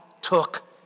took